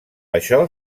això